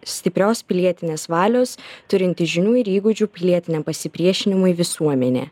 stiprios pilietinės valios turinti žinių ir įgūdžių pilietiniam pasipriešinimui visuomenė